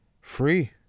free